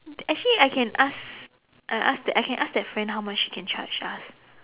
actually I can ask uh ask the I can ask that friend how much she can charge us